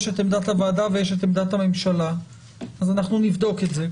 יש את עמדת הועדה ויש את עמדת הממשלה אז אנחנו נבדוק את זה,